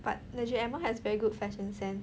but legit emma has very good fashion sense